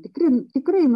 tikri tikrai